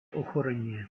ochorenie